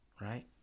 right